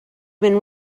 been